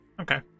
Okay